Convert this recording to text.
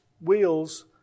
wheels